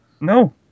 No